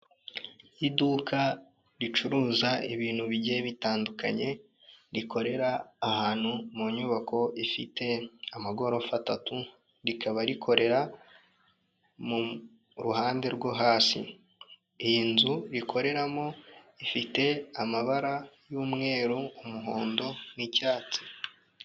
Iduka ricuruza ibintu bigiye bitandukanye, rikorera ahantu mu nyubako ifite amagorofa atatu, rikaba rikorera mu ruhande rwo hasi. Iyi nzu rikoreramo, ifite amabara y'umweru, umuhondo nicyatsi.